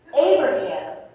Abraham